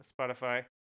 spotify